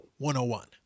101